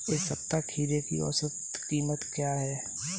इस सप्ताह खीरे की औसत कीमत क्या है?